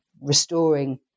restoring